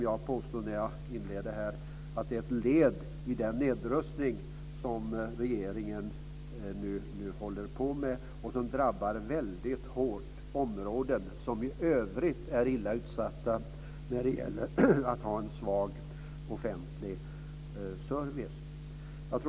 Jag påstår att detta är ett led i den nedrustning som regeringen håller på med och som drabbar väldigt hårt områden som i övrigt är illa utsatta när det gäller svag offentlig service.